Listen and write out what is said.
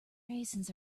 raisins